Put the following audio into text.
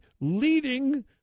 leading